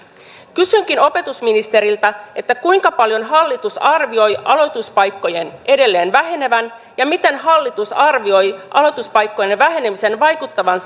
kysynkin opetusministeriltä kuinka paljon hallitus arvioi aloituspaikkojen edelleen vähenevän ja miten hallitus arvioi aloituspaikkojen vähenemisen vaikuttavan